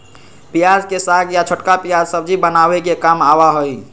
प्याज के साग या छोटका प्याज सब्जी बनावे के काम आवा हई